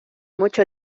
mucho